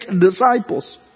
disciples